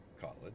college